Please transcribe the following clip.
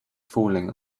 falling